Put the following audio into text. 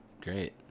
Great